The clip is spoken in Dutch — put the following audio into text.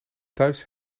thuis